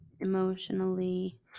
emotionally